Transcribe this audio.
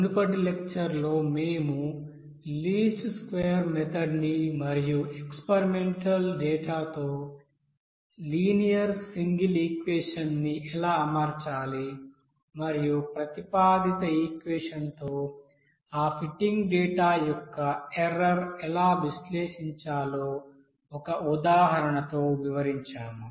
మునుపటి లెక్చర్ లో మేము లీస్ట్ స్క్వేర్ మెథడ్ ని మరియు ఎక్స్పెరిమెంటల్ డేటా తో లినియర్ సింగిల్ ఈక్యేషన్ ని ఎలా అమర్చాలి మరియు ప్రతిపాదిత ఈక్యేషన్ంతో ఆ ఫిట్టింగ్ డేటా యొక్క ఎర్రర్ ఎలా విశ్లేషించాలో ఒక ఉదాహరణతో వివరించాము